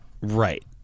Right